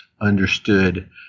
understood